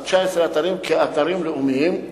על 19 אתרים כאתרים לאומיים,